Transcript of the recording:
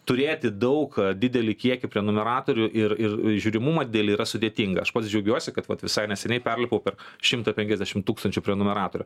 turėti daug didelį kiekį prenumeratorių ir ir žiūrimumą didelį yra sudėtinga aš pats džiaugiuosi kad vat visai neseniai perlipau per šimtą penkiasdešim tūkstančių prenumeratorių